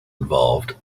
involved